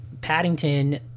Paddington